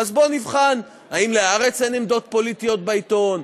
אז בוא נבחן: האם ל"הארץ" אין עמדות פוליטיות בעיתון?